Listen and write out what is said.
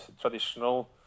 traditional